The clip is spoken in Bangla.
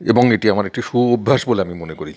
এবং এটি আমার একটি সুঅভ্যাস বলে আমি মনে করি